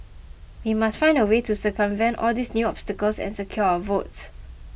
we must find a way to circumvent all these new obstacles and secure our votes